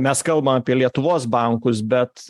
mes kalbam apie lietuvos bankus bet